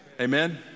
Amen